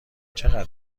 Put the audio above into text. چقدر